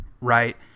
right